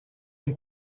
een